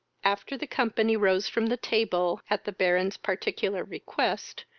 after the company rose from the table, at the baron's particular request,